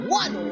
one